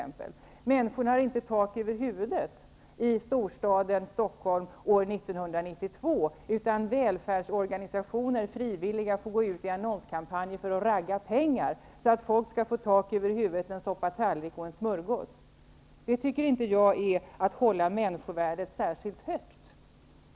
Människor har inte tak över huvudet i storstaden Stockholm år 1992, utan välfärdsorganisationer och frivilliga får gå ut i annonskampanjer för att ragga pengar så att människor kan få tak över huvudet, en tallrik soppa och en smörgås. Det tycker inte jag är att hålla människovärdet särskilt högt.